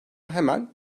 hemen